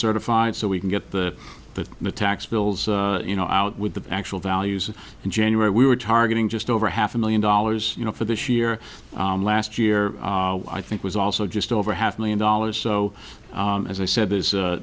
certified so we can get the but the tax bills you know out with the actual values in january we were targeting just over half a million dollars you know for this year last year i think was also just over half million dollars so as i said there's